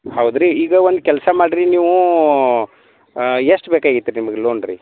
ಹೌದು ರೀ ಈಗ ಒಂದು ಕೆಲಸ ಮಾಡಿರಿ ನೀವು ಎಷ್ಟು ಬೇಕಾಗಿತ್ತು ರೀ ನಿಮಗೆ ಲೋನ್ ರೀ